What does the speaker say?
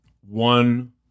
one